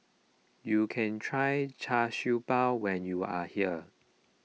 you can try Char Siew Bao when you are here